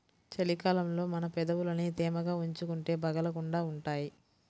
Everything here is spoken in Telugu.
చలి కాలంలో మన పెదవులని తేమగా ఉంచుకుంటే పగలకుండా ఉంటాయ్